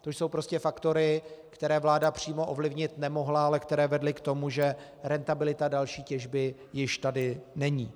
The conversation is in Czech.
To jsou prostě faktory, které vláda přímo ovlivnit nemohla, ale které vedly k tomu, že rentabilita další těžby tady již není.